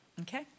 okay